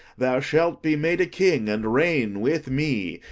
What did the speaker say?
thou shalt be made a king and reign with me,